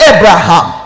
Abraham